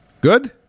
Good